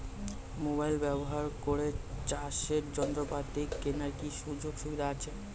Mobile ব্যবহার করে চাষের যন্ত্রপাতি কেনার কি সুযোগ সুবিধা আছে?